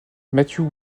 matthew